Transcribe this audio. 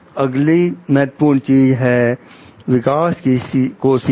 अगली महत्वपूर्ण चीज है विकास को सीचना